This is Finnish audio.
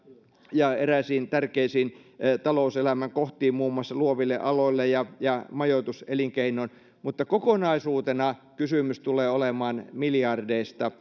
ja eräisiin tärkeisiin talouselämän kohtiin muun muassa luoville aloille ja ja majoituselinkeinoon mutta kokonaisuutena kysymys tulee olemaan miljardeista